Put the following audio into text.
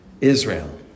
Israel